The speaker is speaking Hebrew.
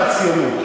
על הציונות.